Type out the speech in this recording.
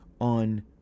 On